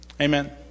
Amen